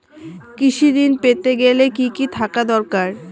কৃষিঋণ পেতে গেলে কি কি থাকা দরকার?